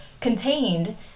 contained